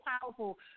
powerful